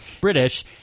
British